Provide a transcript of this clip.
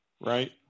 Right